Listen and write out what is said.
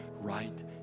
right